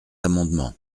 amendement